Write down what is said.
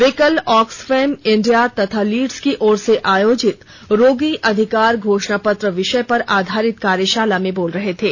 वे कल Oxfam India तथा Leeds की ओर से आयोजित रोगी अधिकार घोषणा पत्र विषय पर आधारित कार्यशाला में बोल रहे थे